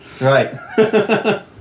Right